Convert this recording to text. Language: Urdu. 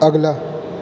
اگلا